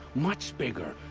much bigger.